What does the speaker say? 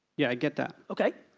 yeah, i get that. okay.